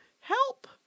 Help